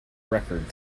record